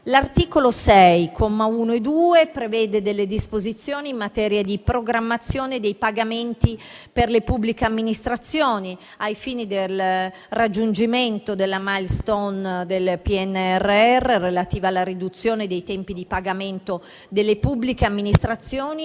L'articolo 6, commi 1 e 2, prevede delle disposizioni in materia di programmazione dei pagamenti per le pubbliche amministrazioni, ai fini del raggiungimento della *milestone* del PNRR, relativa alla riduzione dei tempi di pagamento delle pubbliche amministrazioni